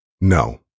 no